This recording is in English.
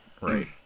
Right